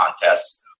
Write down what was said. contests